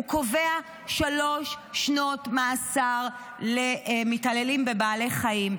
הוא קובע שלוש שנות מאסר למתעללים בבעלי חיים.